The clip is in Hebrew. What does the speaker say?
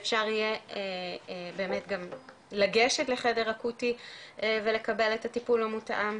שאפשר יהיה באמת גם לגשת לחדר אקוטי ולקבל את הטיפול המותאם,